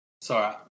Sorry